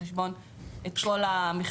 מביא בחשבון את כל המכלול.